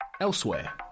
Elsewhere